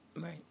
Right